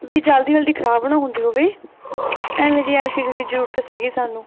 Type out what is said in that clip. ਵੀ ਜਲਦੀ ਜਲਦੀ ਖ਼ਰਾਬ ਨਾ ਹੁੰਦੀ ਹੋਵੇ ਐਵੇਂ ਦੀ ਐਲ ਸੀ ਡੀ ਦੀ ਜ਼ਰੂਰਤ ਸੀਗੀ ਸਾਨੂੰ